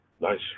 Nice